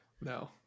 no